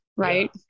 Right